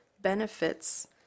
benefits